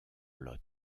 lot